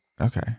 Okay